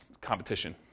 competition